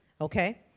okay